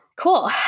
Cool